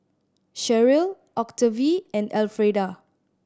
Sharyl Octavie and Alfreda